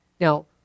Now